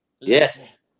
Yes